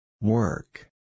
Work